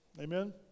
Amen